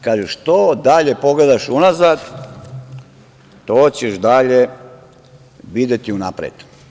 Kaže - što dalje pogledaš unazad, to ćeš dalje videti unapred.